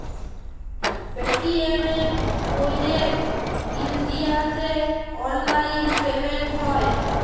Paytm এ ক্যইরে ইলডিয়াতে অললাইল পেমেল্ট হ্যয়